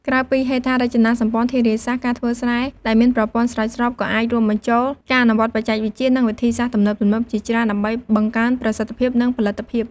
ក្រៅពីហេដ្ឋារចនាសម្ព័ន្ធធារាសាស្ត្រ ការធ្វើស្រែដែលមានប្រព័ន្ធស្រោចស្រពក៏អាចរួមបញ្ចូលការអនុវត្តបច្ចេកវិទ្យា និងវិធីសាស្ត្រទំនើបៗជាច្រើនដើម្បីបង្កើនប្រសិទ្ធភាព និងផលិតភាព។